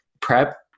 prep